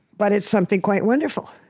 but it's something quite wonderful